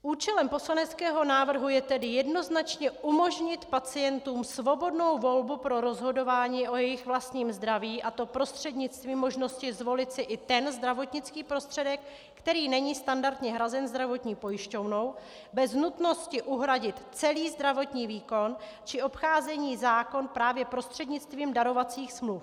Účelem poslaneckého návrhu je tedy jednoznačně umožnit pacientům svobodnou volbu pro rozhodování o jejich vlastním zdraví, a to prostřednictvím možnosti zvolit si i ten zdravotnický prostředek, který není standardně hrazen zdravotní pojišťovnou, bez nutnost uhradit celý zdravotní výkon či obcházení zákona právě prostřednictvím darovacích smluv.